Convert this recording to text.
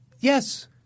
Yes